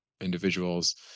individuals